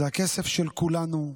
זה הכסף של כולנו,